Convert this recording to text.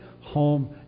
home